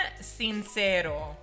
Sincero